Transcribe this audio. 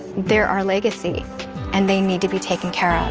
they're our legacy and they need to be taken care